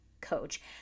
coach